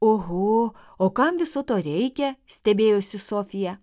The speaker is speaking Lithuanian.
oho o kam viso to reikia stebėjosi sofija